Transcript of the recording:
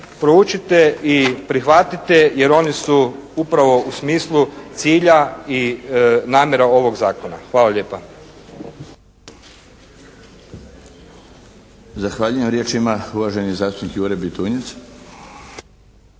proučite i prihvatite jer oni su upravo u smislu cilja i namjera ovog Zakona. Hvala lijepa.